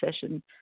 session